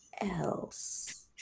else